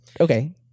okay